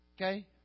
Okay